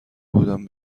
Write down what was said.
بودم